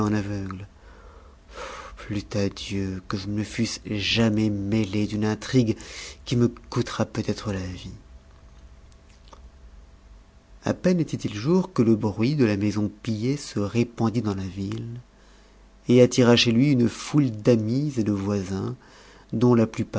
ptûi à dieu que je ne me fusse jamais mêlé d'une intrigue qui me coûtera peut-être la vie a peine était-il jour que le bruit de la maison pillée se répandit dans la ville et attira chez lui une foule d'amis et de voisins dont la